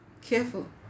careful